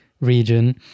region